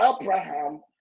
Abraham